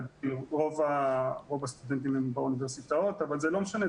רוב הסטודנטים הם באוניברסיטאות אבל זה לא משנה,